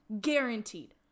Guaranteed